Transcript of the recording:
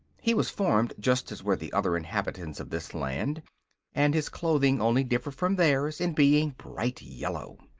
he was formed just as were the other inhabitants of this land and his clothing only differed from theirs in being bright yellow.